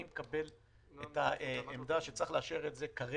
אני מקבל את העמדה, שכרגע צריך לאשר את הנוהל.